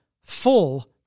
full